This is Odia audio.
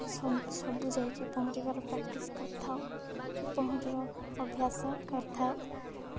ସବୁ ଯାଇକି ପହଁରିବାର ପ୍ରାକ୍ଟିସ୍ କରିଥାଉ ପହଁରିବା ଅଭ୍ୟାସ କରିଥାଉ